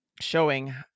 showing